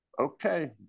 okay